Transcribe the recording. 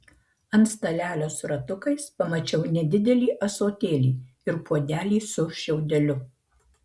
ant stalelio su ratukais pamačiau nedidelį ąsotėlį ir puodelį su šiaudeliu